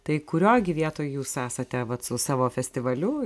tai kurioj gi vietoj jūs esate vat su savo festivaliu